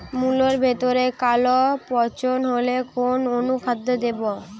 মুলোর ভেতরে কালো পচন হলে কোন অনুখাদ্য দেবো?